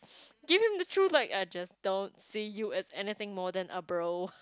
give him the truth like I just don't see you as anything more than a bro